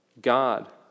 God